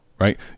right